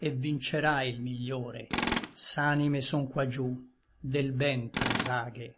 et vincerà il migliore s'anime son qua giú del ben presaghe